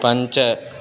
पञ्च